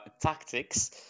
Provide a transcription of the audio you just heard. tactics